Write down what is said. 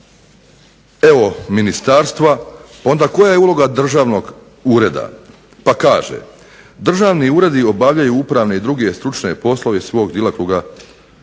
uloge ministarstva, koja je uloga državnog ureda. Pa kaže: "Državni uredi obavljaju upravne i druge stručne poslove iz svog djelokruga